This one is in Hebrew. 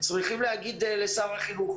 צריכים להגיד לשר החינוך: